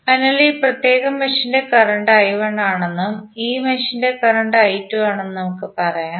അതിനാൽ ഈ പ്രത്യേക മെഷിൽ കറന്റ് I1 ആണെന്നും ഈ മെഷിൽ കറന്റ് I2 ആണെന്നും നമുക്ക് പറയാം